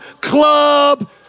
club